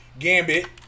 Gambit